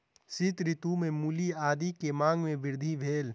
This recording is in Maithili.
शीत ऋतू में मूली आदी के मांग में वृद्धि भेल